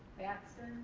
batson.